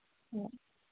ꯍꯣꯏ